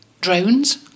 Drones